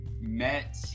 met